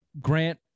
Grant